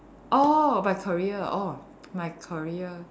oh by career oh my career